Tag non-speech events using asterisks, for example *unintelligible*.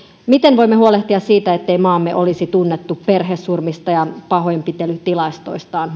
miten voimme huolehtia siitä ettei maamme olisi tunnettu perhesurmista ja pahoinpitelytilastoistaan *unintelligible*